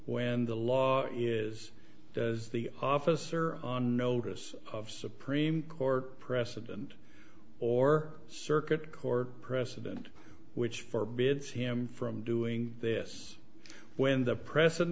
when the law is as the officer on notice of supreme court precedent or circuit court precedent which forbids him from doing this when the